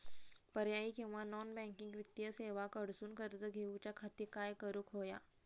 पर्यायी किंवा non banking वित्तीय सेवा कडसून कर्ज घेऊच्या खाती काय करुक होया?